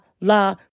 la